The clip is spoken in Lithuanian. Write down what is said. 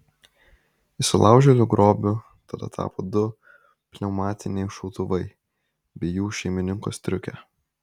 įsilaužėlių grobiu tada tapo du pneumatiniai šautuvai bei jų šeimininko striukė